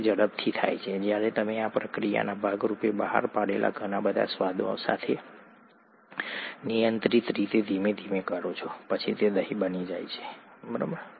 તે ઝડપથી થાય છે જ્યારે તમે આ પ્રક્રિયાના ભાગ રૂપે બહાર પડેલા ઘણા બધા સ્વાદો સાથે નિયંત્રિત રીતે ધીમે ધીમે કરો છો પછી તે દહીં બની જાય છે બસ